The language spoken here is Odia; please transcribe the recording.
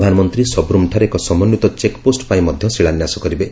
ପ୍ରଧାନମନ୍ତ୍ରୀ ସବ୍ରମ୍ଠାରେ ଏକ ସମନ୍ଧିତ ଚେକ୍ପୋଷ୍ଟ ପାଇଁ ଶିଳାନ୍ୟାସ କରିବେ